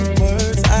words